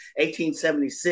1876